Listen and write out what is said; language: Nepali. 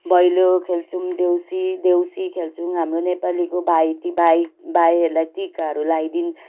भैलो खेल्छौँ देउसी देउसी खेल्छौँ हाम्रो नेपालीको भाइ टी भाइ भाइहरूलाई टिकाहरू लाइदिन्